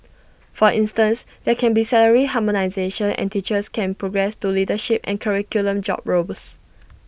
for instance there can be salary harmonisation and teachers can progress to leadership and curriculum job roles